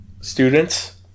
students